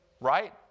Right